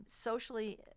socially